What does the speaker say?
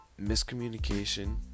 miscommunication